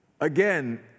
Again